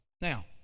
now